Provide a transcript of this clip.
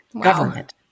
government